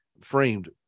framed